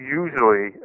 usually